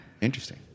interesting